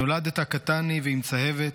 נולדת קטני ועם צהבת,